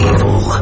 Evil